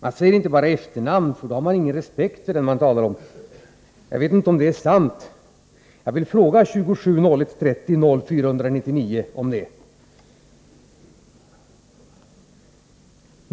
Man skulle inte säga bara efternamnet, för då hade man ingen respekt för den man talade med. Jag vet inte om det är sant. Jag vill fråga 270130-0499 om det.